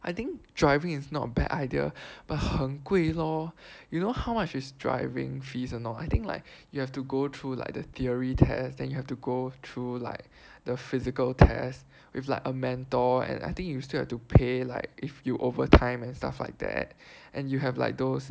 I think driving is not a bad idea but 很贵 lor you know how much is driving fees or not I think like you have to go through like the theory test then you have to go through like the physical test with like a mentor and I think you still have to pay like if you over time and stuff like that and you have like those